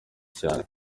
cyane